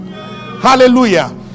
hallelujah